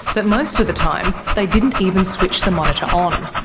that most of the time they didn't even switch the monitor on.